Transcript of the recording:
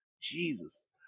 Jesus